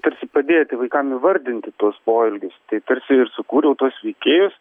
tarsi padėti vaikam įvardinti tuos poelgius tai tarsi ir sukūriau tuos veikėjus